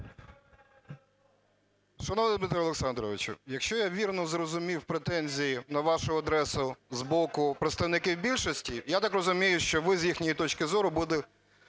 Шановний Дмитре Олександровичу, якщо я вірно зрозумів претензії на вашу адресу з боку представників більшості, я так розумію, що ви, з їхньої точки зору, були